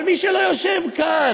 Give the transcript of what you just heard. אבל מי שלא יושב כאן,